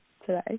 today